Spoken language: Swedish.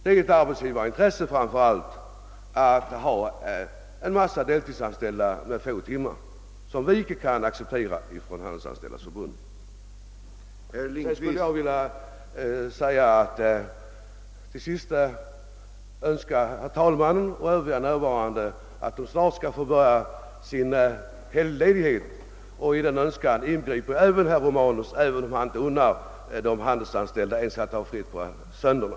Det är framför allt ett arbetsgivarintresse att ha många deltidsanställda med få timmar, men detta kan De handelsanställdas förbund inte acceptera. Till sist vill jag önska herr talmannen och övriga närvarande att de snart skall få sin helgledighet. I denna önskan inbegriper jag också herr Romanus även om han inte unnar de handelsanställda att ha ledigt ens på söndagarna.